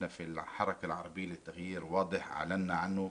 עמדתנו בתנועה הערבית לשינוי ברורה והודענו עליה.